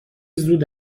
زود